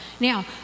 Now